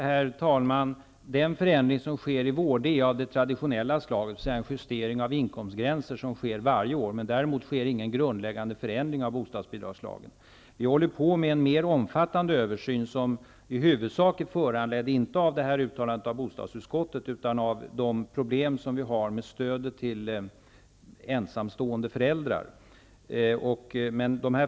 Herr talman! Den förändring som sker i vår är av det traditionella slaget, dvs. det handlar om den justering av inkomstgränser som sker varje år. Däremot blir det ingen grundläggande förändring av bostadsbidragslagen. Regeringen håller på med en mer omfattande översyn, som i huvudsak är föranledd, inte av bostadsutskottets uttalande utan av problemen med stödet till ensamstående föräldrar.